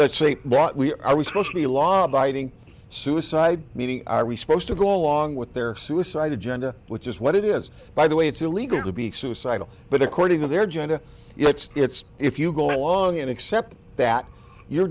that say are we supposed to be law abiding suicide meaning are we supposed to go along with their suicide to and which is what it is by the way it's illegal to be suicidal but according to their agenda it's it's if you go along and accept that you're